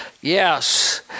Yes